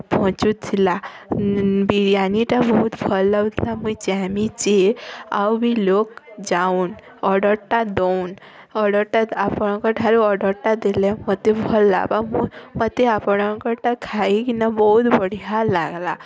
ପହଞ୍ଚୁଥିଲା ବିରିୟାନୀଟା ବହୁତ୍ ଭଲ୍ ଲାଗୁଥିଲା ମୁଇଁ ଚାହିଁମି ଯେ ଆଉ ବି ଲୋକ୍ ଯାଓନ୍ ଅର୍ଡ଼ରଟା ଦଉନ୍ ଅର୍ଡ଼ରଟା ଆପଣଙ୍କଠାରୁ ଅର୍ଡ଼ରଟା ଦେଲେ ମୋତେ ଭଲ୍ ଲାଗବା ମୋତେ ଆପଣଙ୍କଟା ଖାଇକିନା ବହୁତ୍ ବଢ଼ିଆ ଲାଗ୍ଲା